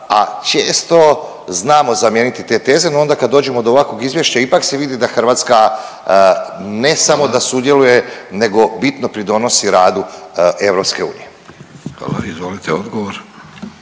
a često znamo zamijeniti te teze. No onda kad dođemo do ovakvog izvješća ipak se vidi da Hrvatska ne samo da sudjeluje nego bitno pridonosi radu EU. **Vidović, Davorko